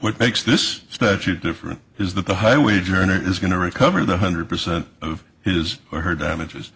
what makes this statute different is that the high wage earner is going to recover the hundred percent of his or her damages